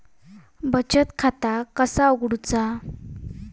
बचत खाता कसा उघडूचा?